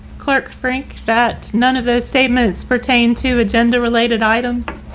clerk, frank fat, none of those statements pertain to agenda related items